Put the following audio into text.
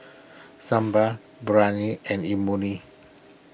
Sambar Biryani and Imoni